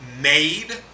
made